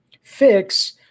fix